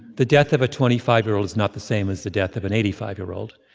the death of a twenty five year old is not the same as the death of an eighty five year old.